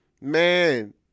man